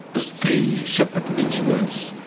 there's three separate incidents.